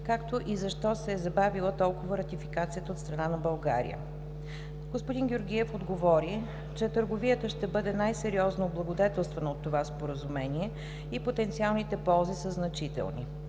както и защо се е забавила толкова ратификацията от страна на България. Господин Георгиев отговори, че търговията ще бъде най-сериозно облагодетелствана от това Споразумение и потенциалните ползи са значителни.